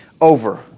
over